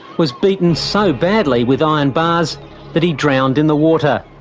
was beaten so badly with iron bars that he drowned in the water.